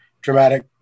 dramatic